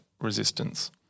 resistance